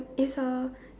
it's a